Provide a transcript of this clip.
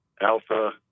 alpha